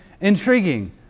intriguing